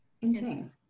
insane